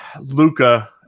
Luca